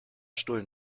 stullen